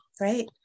right